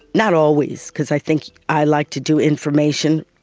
not always because i think i like to do information,